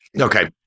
Okay